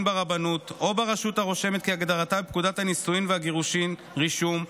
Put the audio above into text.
ברבנות או ברשות הרושמת בהגדרתה בפקודת הנישואין והגירושין (רישום),